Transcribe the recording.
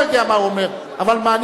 אני גם לא יודע מה הוא אומר, אבל מה?